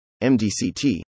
MDCT